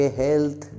health